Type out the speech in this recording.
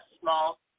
small